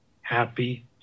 happy